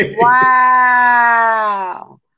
wow